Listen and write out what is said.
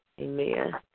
Amen